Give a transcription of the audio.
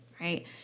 right